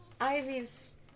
Ivy's